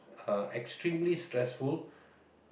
uh extremely stressful